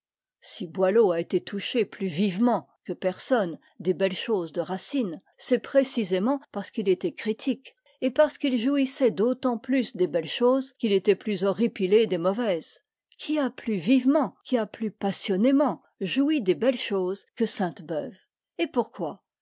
si boileau a été touché plus vivement que personne des belles choses de racine c'est précisément parce qu'il était critique et parce qu'il jouissait d'autant plus des belles choses qu'il était plus horripilé des mauvaises qui a plus vivement qui a plus passionnément joui des belles choses que sainte-beuve et pourquoi